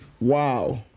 wow